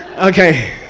okay.